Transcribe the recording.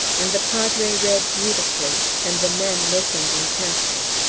and the padre read beautifully and the men listened intently.